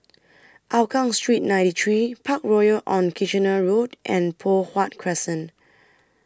Hougang Street ninety three Parkroyal on Kitchener Road and Poh Huat Crescent